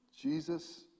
Jesus